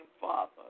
Father